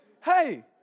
hey